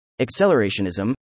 accelerationism